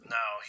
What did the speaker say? Now